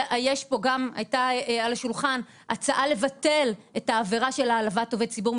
שגם הייתה על השולחן הצעה לבטל את העבירה של העלבת עובד ציבור,